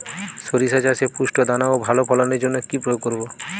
শরিষা চাষে পুষ্ট দানা ও ভালো ফলনের জন্য কি প্রয়োগ করব?